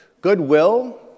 goodwill